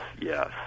yes